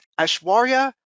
Ashwarya